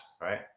right